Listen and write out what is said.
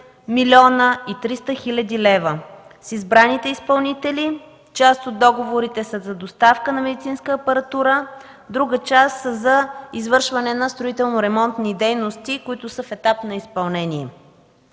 млн. 300 хил. лв. С избраните изпълнители част от договорите са за доставка на медицинска апаратура, а друга част са за извършване на строително ремонтни дейности, които са в етап на изпълнение.